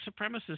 supremacists